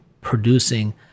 producing